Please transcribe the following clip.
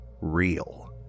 real